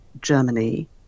germany